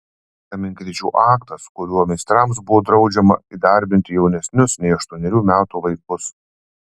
kaminkrėčių aktas kuriuo meistrams buvo draudžiama įdarbinti jaunesnius nei aštuonerių metų vaikus